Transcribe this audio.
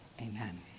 Amen